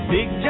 Big